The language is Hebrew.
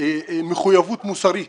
מחויבות מוסרית